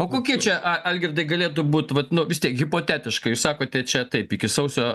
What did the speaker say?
o kokie čia a algirdai galėtų būt vat nu vis tiek hipotetiškai jūs sakote čia taip iki sausio